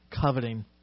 coveting